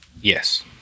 Yes